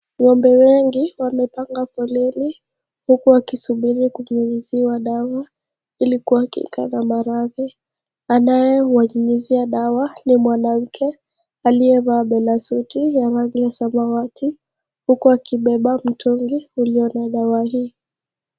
Ng'ombe wengi wamepanga foleni huku wakisubiri kunyunyiziwa dawa ili kuwakinga na maradhi. Anayewanyunyizia dawa ni mwanamke aliyevaa belasuti ya rangi ya samawati huku akibeba mtungi ulio na dawa hii.